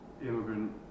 immigrant